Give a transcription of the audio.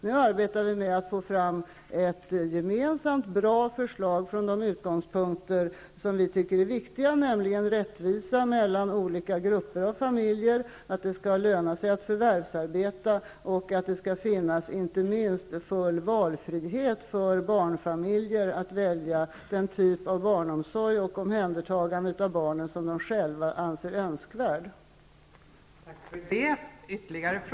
Nu arbetar vi med att få fram ett gemensamt, bra förslag som utgår ifrån det som vi anser vara viktigt, nämligen rättvisa mellan olika grupper av familjer, att det skall löna sig att förvärvsarbeta och inte minst att det skall finnas full frihet för barnfamiljer att välja den typ av barnomsorg och omhändertagande av barnen som de själva önskar.